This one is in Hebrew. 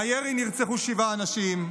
מהירי נרצחו שבעה אנשים,